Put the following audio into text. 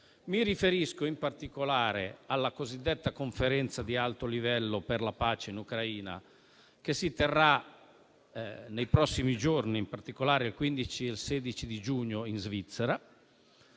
Mi riferisco, in particolare, alla cosiddetta Conferenza di alto livello per la pace in Ucraina, che si terrà nei prossimi giorni, il 15 e il 16 giugno, in Svizzera.